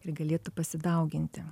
ir galėtų pasidauginti